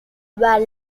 were